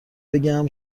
بگم